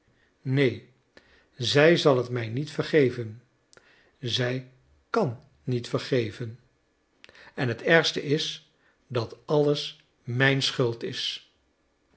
neen zij zal het mij niet vergeven zij kan niet vergeven en het ergste is dat alles mijn schuld is